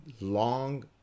long